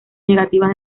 negativas